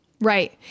Right